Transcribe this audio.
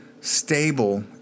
stable